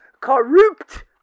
corrupt